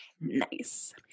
nice